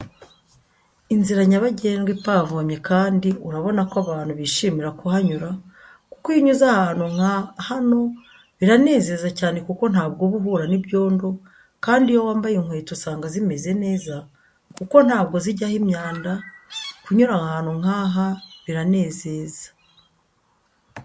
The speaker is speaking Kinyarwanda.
Inzira nyabagendwa ipavomye kandi urabona ko abantu bishimira kuhanyura, kuko iyo unyuze ahantu nka hano biranezeza cyane kuko ntabwo uba uhura n'ibyondo kandi iyo wambaye inkweto usanga zimeze neza kuko ntabwo zijyaho imyanda, kunyura ahantu nkaha biranezeza.